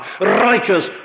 righteous